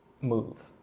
move